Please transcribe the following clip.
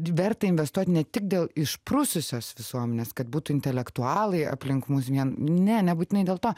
verta investuoti ne tik dėl išprususios visuomenės kad būtų intelektualai aplink mus vien ne nebūtinai dėl to